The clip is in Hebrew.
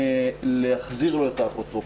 להחזיר לו את האפוטרופסות.